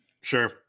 Sure